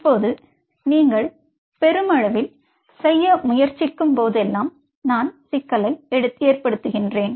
இப்போது நீங்கள் பெருமளவில் செய்ய முயற்சிக்கும்போதெல்லாம் நான் சிக்கலை ஏற்படுத்துகிறேன்